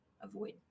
avoid